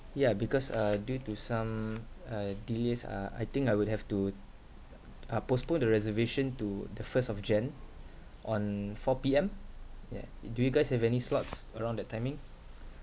ya because uh due to some uh delays uh I think I would have to uh postpone the reservation to the first of jan on four P_M yeah do you guys have any slots around that timing